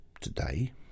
today